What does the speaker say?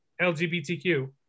LGBTQ